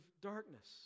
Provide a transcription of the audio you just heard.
darkness